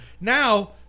Now